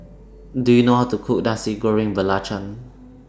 Do YOU know How to Cook Nasi Goreng Belacan